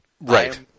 Right